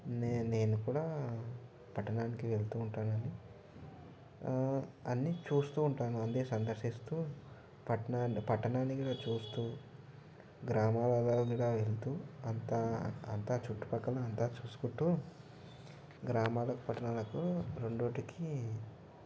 నేను కూడా పట్టణానికి వెళ్తూ ఉంటాను అన్నీ చూస్తూ ఉంటాను అన్ని సందర్శిస్తూ పట్టణాన్ని పట్టణాన్ని కూడా చూస్తూ గ్రామాల మీదగా వెళ్తూ అంతా చుట్టుపక్కల అంతా చూసుకుంటూ గ్రామాలకు పట్టణాలకు రెండిటికి